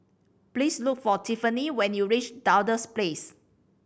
please look for Tiffani when you reach Duchess Place